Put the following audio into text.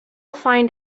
find